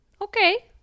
okay